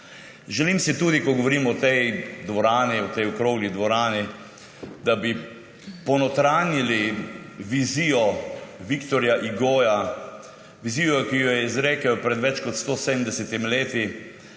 Želim si tudi, ko govorim v tej dvorani, v tej okrogli dvorani, da bi ponotranjili vizijo Viktorja Hugoja, vizijo, ki jo je izrekel pred več kot 170 leti.